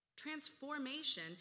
Transformation